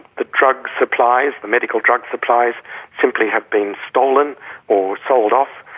the drug supplies the medical drug supplies simply have been stolen or sold off,